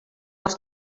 els